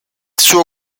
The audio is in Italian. suo